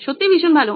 সত্যিই ভীষণ ভালো